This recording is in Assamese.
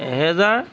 এহেজাৰ